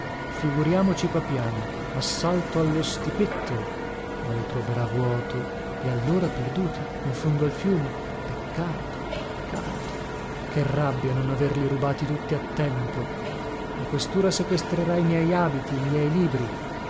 banca figuriamoci papiano assalto allo stipetto ma lo troverà vuoto e allora perduti in fondo al fiume peccato peccato che rabbia non averli rubati tutti a tempo la questura sequestrerà i miei abiti i miei libri